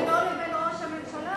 קודם תגשר בינו לבין ראש הממשלה,